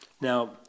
Now